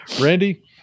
Randy